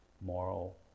moral